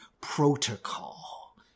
protocol